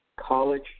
college